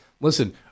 Listen